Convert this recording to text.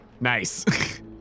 Nice